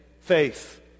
Faith